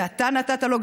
גם אתה נתת לו,